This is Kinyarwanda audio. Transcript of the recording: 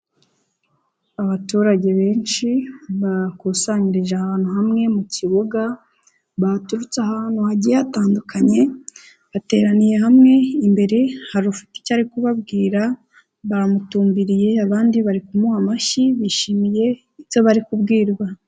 Abaturage benshi bakusanyirije ahantu hamwe mu kibuga, baturutse ahantu hagiye hatandukanye, bateraniye hamwe imbere hari ufite icyo ari kubabwira, bamutumbiriye abandi bari kumuha amashyi, bishimiye icyo bari kubwirwa.